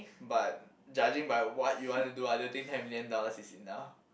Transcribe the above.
but judging by what you want to do I don't think ten million dollars is enough